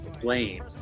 blame